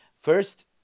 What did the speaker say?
first